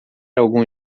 algum